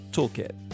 toolkit